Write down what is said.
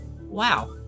wow